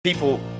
People